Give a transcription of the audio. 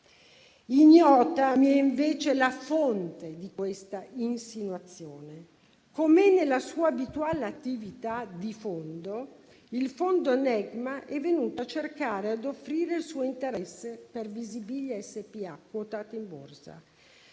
Ignota mi è invece la fonte di questa insinuazione. Come è nella sua abituale attività di fondo, il fondo Negma è venuto a cercare e a offrire il suo interesse per Visibilia SpA, quotata in borsa.